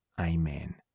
Amen